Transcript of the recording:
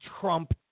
Trump